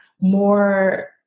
more